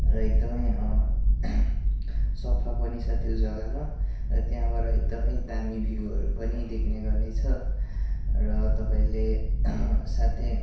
र एकदमै सफा पनि छ त्यो जग्गामा र त्यहाँबाट एकदमै दामी भ्यूहरू पनि देख्ने गर्नेछ र तपाईँले साथै